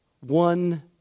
one